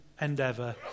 endeavour